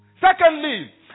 Secondly